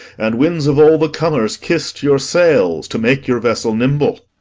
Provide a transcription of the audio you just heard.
and winds of all the comers kiss'd your sails, to make your vessel nimble.